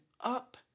up